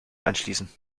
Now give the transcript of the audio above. anschließen